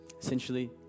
Essentially